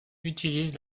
utilise